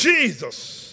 Jesus